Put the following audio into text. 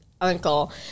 uncle